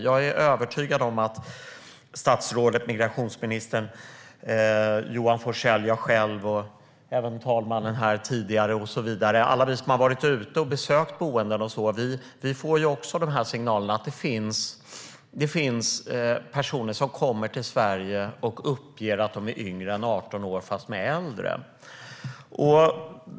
Jag är övertygad om att även migrationsministern, Johan Forssell, jag själv, vice talman Tobias Billström tidigare och alla andra som har varit ute och besökt boenden får signaler om att det finns personer som kommer till Sverige och uppger att de är yngre än 18 år, fast de är äldre.